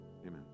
amen